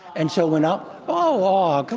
and so we're not oh, awe. come